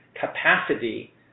capacity